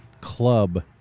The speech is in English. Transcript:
club